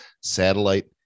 satellite